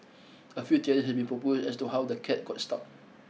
a few have been proposed as to how the cat got stuck